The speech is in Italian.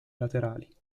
laterali